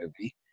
movie